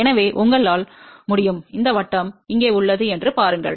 எனவே உங்களால் முடியும் இந்த வட்டம் இங்கே உள்ளது என்று பாருங்கள்